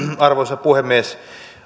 arvoisa puhemies